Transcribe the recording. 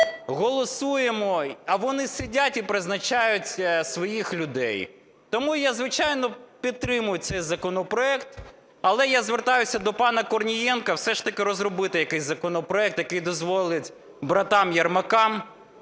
голосуємо, а вони сидять і призначають своїх людей. Тому я, звичайно, підтримаю цей законопроект, але я звертаюся до пана Корнієнка все ж таки розробити якийсь законопроект, який дозволить братам Єрмакам